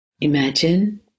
Imagine